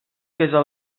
que